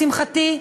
לשמחתי,